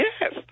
yes